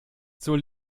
zur